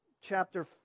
chapter